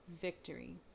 victory